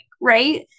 right